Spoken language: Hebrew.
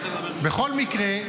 --- בכל מקרה,